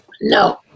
No